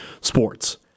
Sports